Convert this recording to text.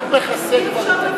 אבל למה אתה חושב שהחוק לא חל עליך?